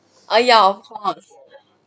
oh ya of course